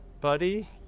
Buddy